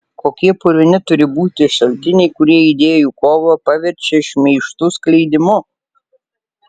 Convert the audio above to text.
kokie purvini turi būti šaltiniai kurie idėjų kovą paverčia šmeižtų skleidimu